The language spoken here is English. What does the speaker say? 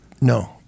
No